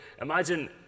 imagine